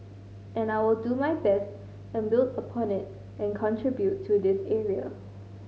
and I will do my best and build upon it and contribute to this area